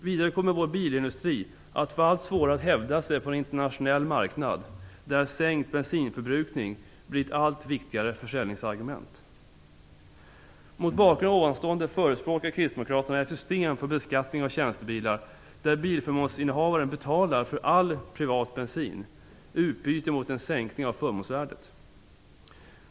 Vidare kommer vår bilindustri att få allt svårare att hävda sig på en internationell marknad, där sänkt bensinförbrukning blir ett allt viktigare försäljningsargument. Mot bakgrund av ovanstående förespråkar kristdemokraterna ett system för beskattning av tjänstebilar där förmånsbilsinnehavaren betalar för all privat bensin i utbyte mot en sänkning av förmånsvärdet.